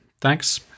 Thanks